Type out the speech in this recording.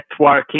networking